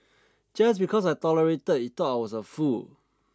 just because I tolerated he thought I was a fool